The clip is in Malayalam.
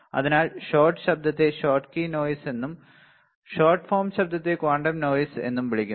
അതിനാൽ ഷോട്ട് ശബ്ദത്തെ ഷോട്ട്കി നോയിസ് എന്നും ഷോട്ട് ഫോം ശബ്ദത്തെ ക്വാണ്ടം നോയിസ് എന്നും വിളിക്കുന്നു